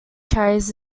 carries